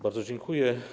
Bardzo dziękuję.